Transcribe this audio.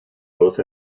both